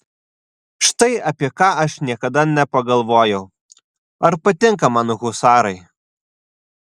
štai apie ką aš niekada nepagalvojau ar patinka man husarai